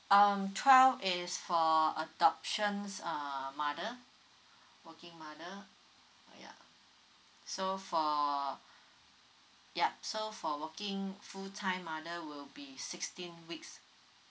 um twelve is for adoptions uh mother working mother oh ya so for yup so for working full time mother will be sixteen weeks